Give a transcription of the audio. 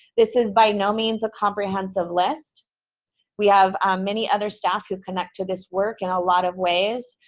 this is by no means a comprehensive list we have many other staff who connect to this work in a lot of ways,